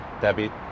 Debbie